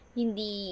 hindi